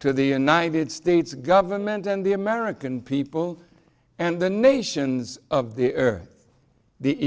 to the united states government and the american people and the nations of the earth the